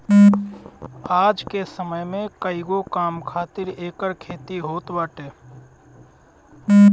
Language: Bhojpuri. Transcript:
आज के समय में कईगो काम खातिर एकर खेती होत बाटे